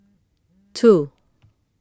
two